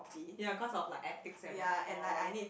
ya cause of like ethics and moral